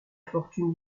fortune